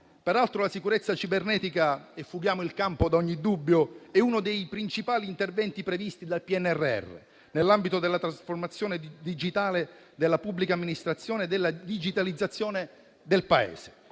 Peraltro, la sicurezza cibernetica - e fughiamo il campo da ogni dubbio - è uno dei principali interventi previsti dal PNRR nell'ambito della trasformazione digitale, della pubblica amministrazione e della digitalizzazione del Paese.